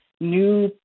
new